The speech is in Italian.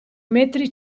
metri